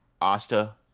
Asta